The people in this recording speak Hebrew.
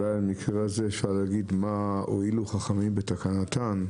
במקרה הזה אפשר לומר: מה הועילו חכמים בתקנתם,